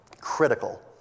Critical